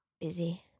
busy